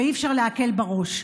ואי-אפשר להקל בה ראש.